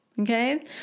Okay